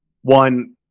one